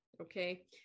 okay